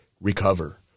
recover